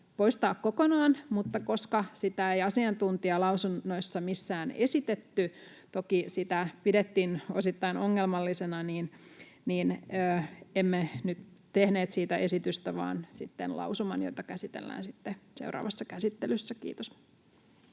poistaa kokonaan, mutta koska sitä ei missään asiantuntijalausunnoissa esitetty — toki sitä pidettiin osittain ongelmallisena — emme nyt tehneet siitä esitystä vaan lausuman, jota käsitellään seuraavassa käsittelyssä. — Kiitos.